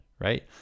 right